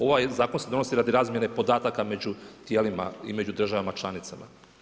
Ovaj zakon se donosi radi razmjere podataka, među tijelima i među državama članicama.